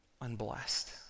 unblessed